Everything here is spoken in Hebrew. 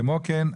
כמו כן,